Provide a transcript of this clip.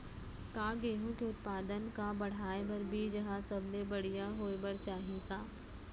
का गेहूँ के उत्पादन का बढ़ाये बर बीज ह सबले बढ़िया होय बर चाही का?